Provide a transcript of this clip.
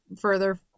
further